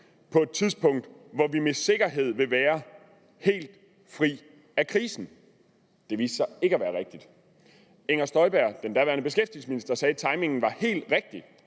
på et tidspunkt, hvor vi med sikkerhed vil være helt fri af krisen. Det viste sig ikke at være rigtigt. Fru Inger Støjberg, den daværende beskæftigelsesminister, sagde, at timingen var helt rigtigt.